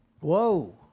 Whoa